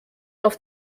auf